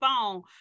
phone